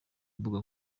mbuga